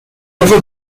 river